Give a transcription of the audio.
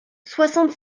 soixante